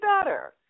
better